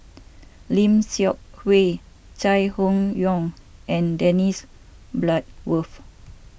Lim Seok Hui Chai Hon Yoong and Dennis Bloodworth